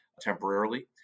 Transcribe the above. temporarily